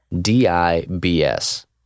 D-I-B-S